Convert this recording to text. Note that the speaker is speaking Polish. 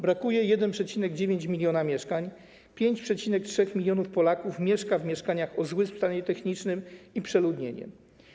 Brakuje 1,9 mln mieszkań, 5,3 mln Polaków mieszka w mieszkaniach będących w złym stanie technicznym i przeludnionych.